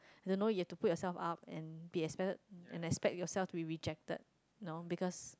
the know you have put yourself up and be expected and then expects yourself to be rejected you know because